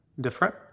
different